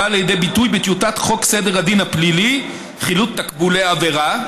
הבאה לידי ביטוי בטיוטת חוק סדר הדין הפלילי (חילוט תקבולי עבירה),